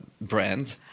brand